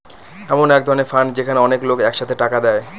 এমন এক ধরনের ফান্ড যেখানে অনেক লোক এক সাথে টাকা দেয়